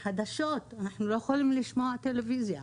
חדשות אנחנו לא יכולים לשמוע טלוויזיה,